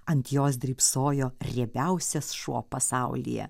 ant jos drybsojo riebiausias šuo pasaulyje